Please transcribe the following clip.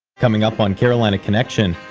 coming up on carolina connection,